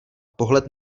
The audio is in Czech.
pohled